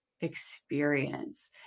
experience